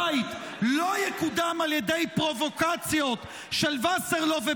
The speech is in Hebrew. הבית לא יקודם על ידי פרובוקציות של וסרלאוף,